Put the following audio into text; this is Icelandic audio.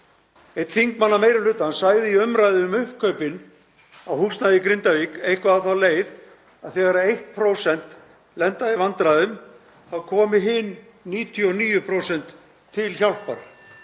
Einn þingmanna meiri hlutans sagði í umræðu um uppkaupin á húsnæði í Grindavík eitthvað á þá leið að þegar 1% lenda í vandræðum þá komi hin 99% til hjálpar.